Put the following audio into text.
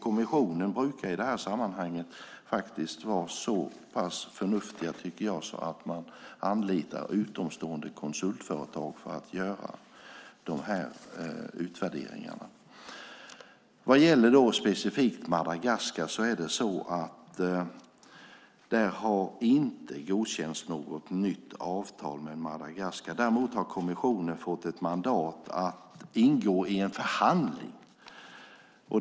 Kommissionen brukar i detta sammanhang vara så pass förnuftig att den anlitar utomstående konsultföretag för att göra dessa utvärderingar. Vad gäller specifikt Madagaskar har det inte godkänts något nytt avtal. Däremot har kommissionen fått mandat att ingå en förhandling.